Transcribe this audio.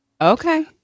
Okay